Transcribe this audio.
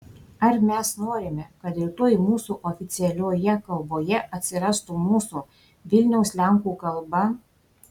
ar mes norime kad rytoj mūsų oficialioje kalboje atsirastų mūsų vilniaus lenkų kalba